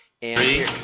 Three